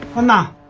um not